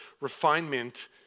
refinement